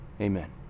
Amen